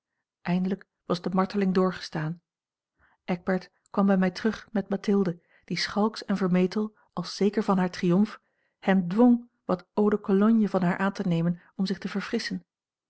eindelijk was de marteling doorgestaan eckbert kwam bij mij terug met mathilde die schalks en vermetel als zeker van haar triomf hem dwong wat eau de cologne van haar aan te nemen om zich te verfrisschen